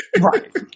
Right